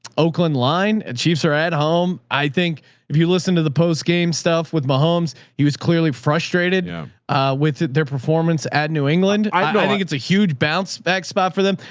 oakland line and chiefs are at home. i think if you listen to the post game stuff with my homes, he was clearly frustrated with their performance at new england. i don't think it's it's a huge bounce back spot for them.